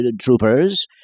troopers